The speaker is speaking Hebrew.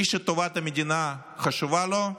מי שטובת המדינה חשובה לו,